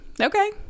okay